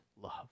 love